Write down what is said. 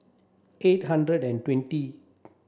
eight hundred and twenty